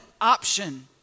option